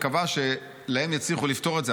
מקווה שלהם יצליחו לפתור את זה,